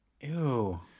Ew